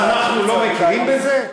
אז אנחנו לא מכירים בזה?